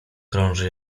krąży